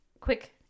quick